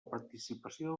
participació